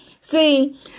See